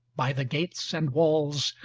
by the gates and walls,